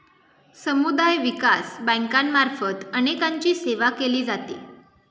समुदाय विकास बँकांमार्फत अनेकांची सेवा केली जाते